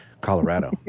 Colorado